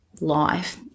life